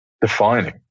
defining